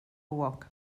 uoc